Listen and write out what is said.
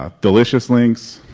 ah delicious links,